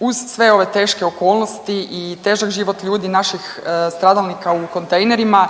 uz sve ove teške okolnosti i težak život ljudi naših stradalnika u kontejnerima